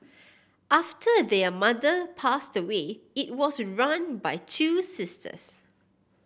after their mother passed away it was run by two sisters